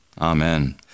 Amen